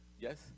yes